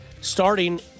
starting